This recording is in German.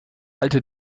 alte